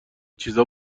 چیزا